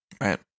Right